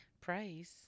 Praise